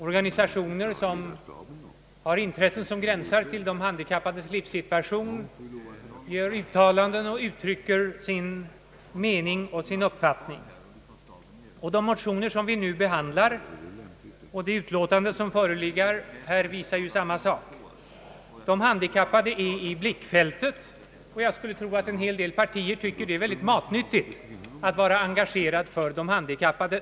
Organisationer med intressen som gränsar till de handikappades livssituation gör uttalanden och uttrycker sin mening och sin uppfattning. De motioner som vi nu behandlar och det utlåtande som föreligger här visar samma sak: de handikappade är i blickfältet. Jag skulle tro att partierna tycker att det är matnyttigt att vara engagerad för de handikappade.